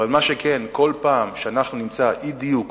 אבל מה שכן, כל פעם שאנחנו נמצא אי-דיוק